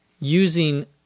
using